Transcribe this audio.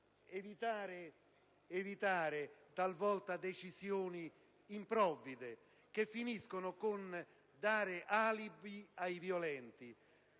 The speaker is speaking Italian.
evitare talvolta decisioni improvvide che finiscono per dare alibi ai violenti.